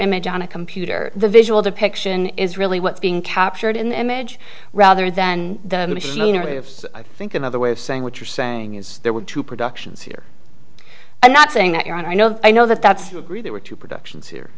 image on a computer the visual depiction is really what's being captured in the image rather than the machinery of so i think another way of saying what you're saying is there were two productions here i'm not saying that you're on i know i know that that's agree there were two productions here